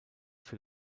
für